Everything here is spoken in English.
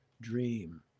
dream